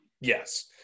Yes